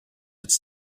its